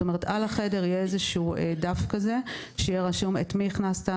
על החדר יהיה איזשהו דף כזה שיהיה רשום את מי הכנסת,